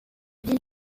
ville